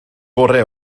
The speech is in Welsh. gorau